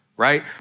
Right